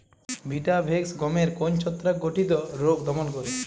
Vitavax গমের কোন ছত্রাক ঘটিত রোগ দমন করে?